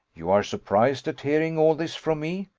you are surprised at hearing all this from me.